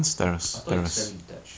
I I thought it's semi-detached